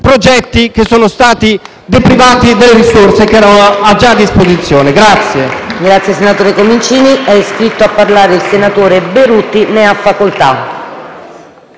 progetti che sono stati privati delle risorse che erano già a disposizione.